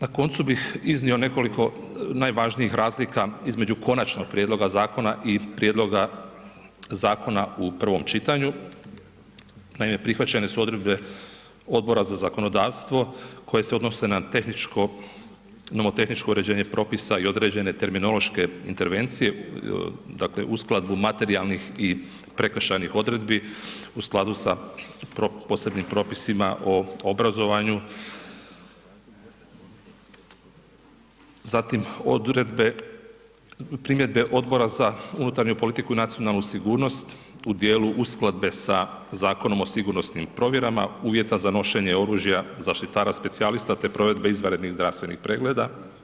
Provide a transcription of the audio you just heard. Na koncu bih iznio nekoliko najvažnijih razlika između Konačnog prijedloga zakona i Prijedloga zakona u prvom čitanju, naime prihvaćene su odredbe Odbora za zakonodavstvo koje se odnose na tehničko, nomotehničko uređenje propisa i određene terminološke intervencije, dakle uskladbu materijalnih i prekršajnih odredbi u skladu sa Posebnim propisima o obrazovanju, zatim odredbe, primjedbe Odbora za unutarnju politiku i nacionalnu sigurnost u dijelu uskladbe sa Zakonom o sigurnosnim provjerama, uvjeta za nošenje oružja, zaštitara specijalista, te provedbe izvanrednih zdravstvenih pregleda.